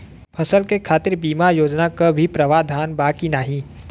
फसल के खातीर बिमा योजना क भी प्रवाधान बा की नाही?